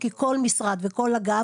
כי כל משרד וכל אגף,